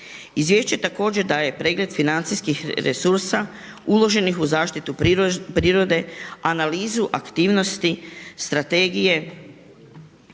Izvješće također daje pregled financijskih resursa uloženih u zaštitu prirode, analizu aktivnosti, strategije,